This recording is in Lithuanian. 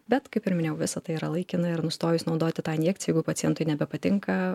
bet kaip ir minėjau visa tai yra laikina ar nustojus naudoti tą niekas jeigu pacientui nebepatinka